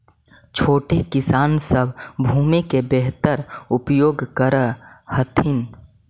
छोटे किसान सब भूमि के बेहतर उपयोग कर हथिन